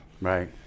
right